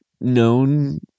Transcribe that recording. known